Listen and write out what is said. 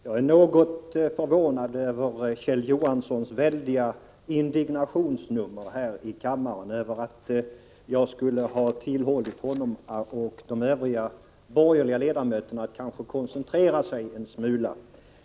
Herr talman! Jag är något förvånad över Kjell Johanssons väldiga indignationsnummer här i kammaren över att jag skulle ha tillhållit honom och de övriga borgerliga ledamöterna att koncentrera sig en smula.